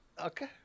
Okay